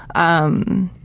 um,